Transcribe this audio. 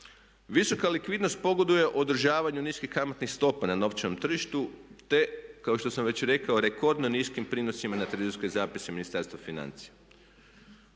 Visoka likvidnost pogoduje održavanju niskih kamatnih stopa na novčanom tržištu, te kao što sam već rekao rekordno niskim prinosima na trezorske zapise Ministarstva financija.